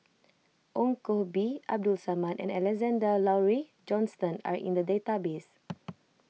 Ong Koh Bee Abdul Samad and Alexander Laurie Johnston are in the database